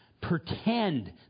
pretend